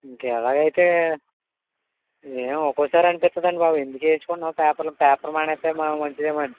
ఇంకా ఎలాగైతే మేము ఒకోసారి అనిపిస్తుంది అండి బాబు ఎందుకు వేయించుకుంటున్నాము పేపర్లు పేపర్ మానేస్తే మంచిదేమో అని